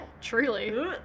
Truly